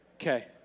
Okay